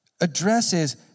addresses